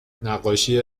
نقاشی